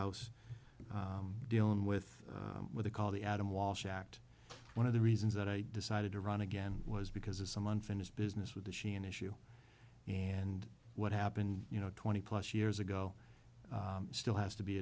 house dealing with the call the adam walsh act one of the reasons that i decided to run again was because as someone finished business with the sheehan issue and what happened you know twenty plus years ago still has to be